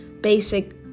basic